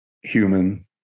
human